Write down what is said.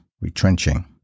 retrenching